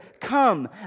Come